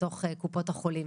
לתוך קופות החולים.